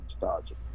nostalgic